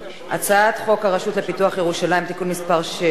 על הצעת חוק הרשות לפיתוח ירושלים (תיקון מס' 6),